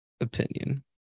opinion